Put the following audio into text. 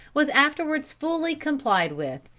was afterwards fully complied with,